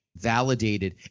Validated